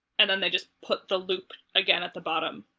and then they just put the loop again at the bottom.